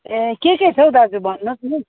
ए के के छ हौ दाजु भन्नुहोस्